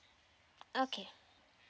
okay